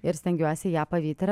ir stengiuosi ją pavyti ir